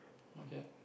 okay